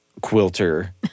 quilter